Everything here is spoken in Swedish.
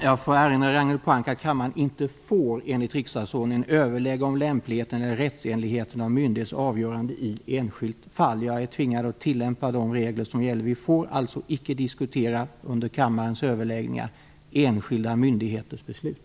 Jag får erinra Ragnhild Pohanka att kammaren enligt riksdagsordningen inte får överlägga om lämpligheten eller rättsenligheten av myndighets avgörande i enskilt fall. Jag är tvingad att tillämpa de regler som gäller. Vi får alltså icke under kammarens överläggningar diskutera enskilda myndigheters beslut.